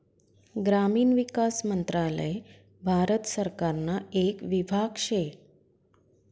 ग्रामीण विकास मंत्रालय भारत सरकारना येक विभाग शे